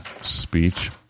speech